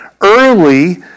early